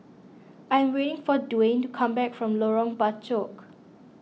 I am waiting for Duwayne to come back from Lorong Bachok